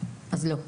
אז לא.